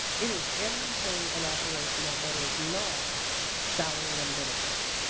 it is everything in operational that is not salary and benefits.